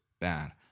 bad